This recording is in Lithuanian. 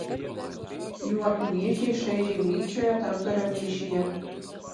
jų akių vyzdžiai šaižiai blykčiojo tarpdurio plyšyje